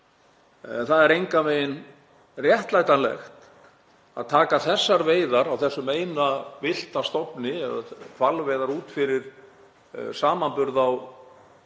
Það er engan veginn réttlætanlegt að taka veiðar á þessum eina villta stofni, eða hvalveiðar, út fyrir samanburð á veiðum